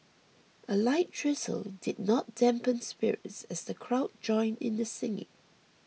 a light drizzle did not dampen spirits as the crowd joined in the singing